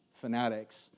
fanatics